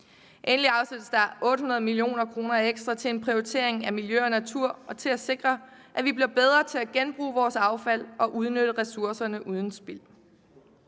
Endelig afsættes der 800 mio. kr. ekstra til en prioritering af miljø og natur og til at sikre, at vi bliver bedre til at genbruge vores affald og udnytte ressourcerne uden spild.